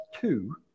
Two